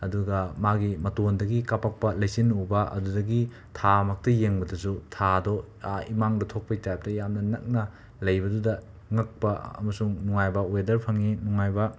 ꯑꯗꯨꯒ ꯃꯥꯒꯤ ꯃꯇꯣꯟꯗꯒꯤ ꯀꯥꯞꯄꯛꯄ ꯂꯩꯆꯤꯟ ꯎꯕ ꯑꯗꯨꯗꯒꯤ ꯊꯥ ꯃꯛꯇ ꯌꯦꯡꯕꯗꯁꯤ ꯊꯥꯗꯣ ꯏꯃꯥꯡꯗ ꯊꯣꯛꯄꯒꯤ ꯇꯥꯏꯞꯇ ꯌꯥꯝꯅ ꯅꯛꯅ ꯂꯩꯕꯗꯨꯗ ꯉꯛꯄ ꯑꯃꯁꯨꯡ ꯅꯨꯡꯉꯥꯏꯕ ꯋꯦꯗꯔ ꯐꯪꯏ ꯅꯨꯡꯉꯥꯏꯕ